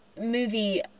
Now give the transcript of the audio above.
movie